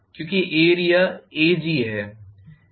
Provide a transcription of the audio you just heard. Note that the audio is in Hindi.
क्योंकि एरिया Ag है